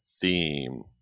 theme